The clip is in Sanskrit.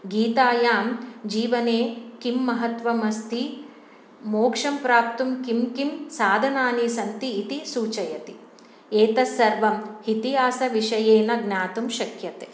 गीतायां जीवने किं महत्त्वम् अस्ति मोक्षं प्राप्तुं किं किं साधनानि सन्तीति सूचयति एतत् सर्वम् इतिहासविषयेण ज्ञातुं शक्यते